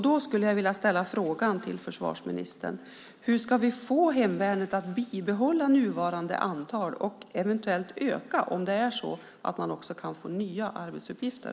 Jag skulle därför vilja ställa frågan till försvarsministern: Hur ska vi få hemvärnet att bibehålla nuvarande antal och eventuellt öka det, om det är så att man också kan få nya arbetsuppgifter?